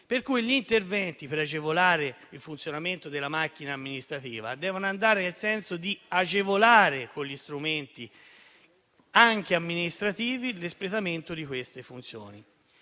mattina. Gli interventi per agevolare il funzionamento della macchina amministrativa devono pertanto andare nel senso di agevolare con gli strumenti, anche amministrativi, l'espletamento di tali funzioni.